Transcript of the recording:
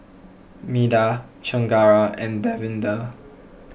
Medha Chengara and Davinder